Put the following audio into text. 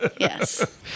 Yes